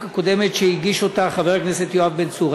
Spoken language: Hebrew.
הקודמת שהגיש אותה חבר הכנסת יואב בן צור.